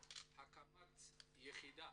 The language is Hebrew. הקמת יחידה